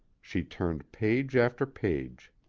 she turned page after page.